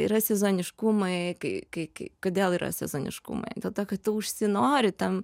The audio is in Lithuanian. yra sezoniškumai kai kai kai kodėl yra sezoniškumai dėl to kad tu užsinori tam